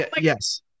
Yes